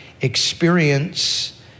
experience